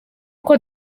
uko